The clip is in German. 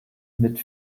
mit